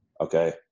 okay